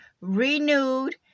renewed